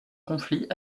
conflit